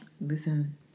listen